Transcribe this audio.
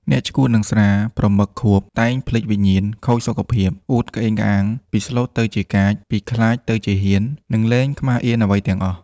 អ្នកឆ្កួតនឹងស្រា ប្រមឹកខួប តែងភ្លេចវិញ្ញាណ ខូចសុខភាព អួតក្អេងក្អាង ពីស្លូតទៅជាកាច ពីខ្លាចទៅជាហ៊ាន និងលែងខ្មាសអៀនអ្វីទាំងអស់។